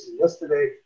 yesterday